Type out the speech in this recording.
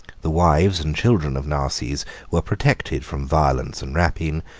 the wives and children of narses were protected from violence and rapine